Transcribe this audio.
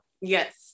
Yes